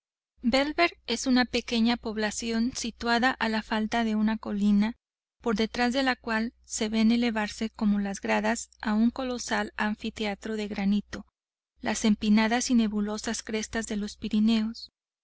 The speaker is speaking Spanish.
bellver es una pequeña población situada a la falda de una colina por detrás de la cual se ven elevarse como las gradas de un colosal anfiteatro de granito las empinadas y nebulosas crestas de los pirineos